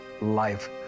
life